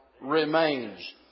remains